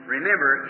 Remember